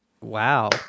wow